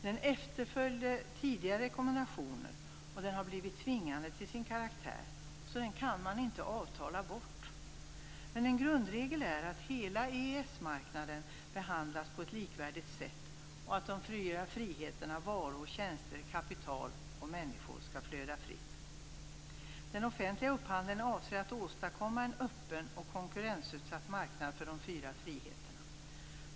Den ersatte tidigare rekommendationer, och den har blivit tvingande till sin karaktär. Den kan man inte avtala bort. En grundregel är att hela EES-marknaden behandlas på ett likvärdigt sätt, och de fyra friheterna innebär att varor, tjänster, kapital och människor skall flöda fritt. Den offentliga upphandlingen avser att åstadkomma en öppen och konkurrensutsatt marknad för de fyra friheterna.